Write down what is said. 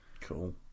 Cool